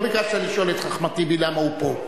לא ביקשת לשאול את אחמד טיבי למה הוא פה,